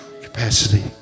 capacity